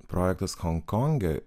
projektas honkonge